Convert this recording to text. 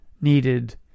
needed